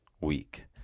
week